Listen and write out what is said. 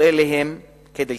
הן כלדקמן: